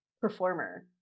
performer